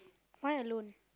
why alone